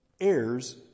heirs